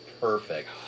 perfect